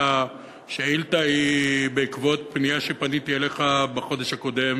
השאילתה היא בעקבות פנייה שפניתי אליך בחודש הקודם